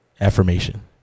affirmation